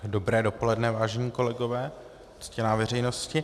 Dobré dopoledne, vážení kolegové, ctěná veřejnosti.